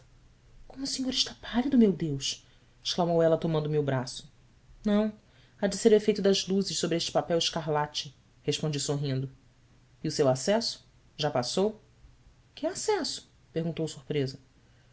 como o senhor está pálido meu deus exclamou ela tomando me o braço ão há de ser o efeito das luzes sobre este papel escarlate respondi sorrindo o seu acesso já passou ue acesso perguntou surpresa